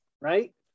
right